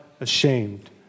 ashamed